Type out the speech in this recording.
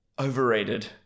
overrated